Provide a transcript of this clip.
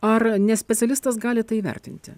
ar ne specialistas gali tai vertinti